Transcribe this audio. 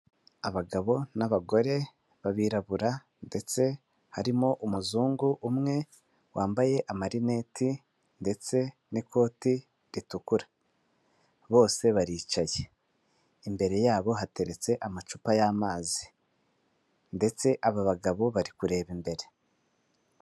Abagabo n'abagore b'abirabura ndetse harimo umuzungu umwe wambaye amarineti ndetse n'ikoti ritukura, bose baricaye, imbere yabo hateretse amacupa y'amazi ndetse aba bagabo bari kureba imbere.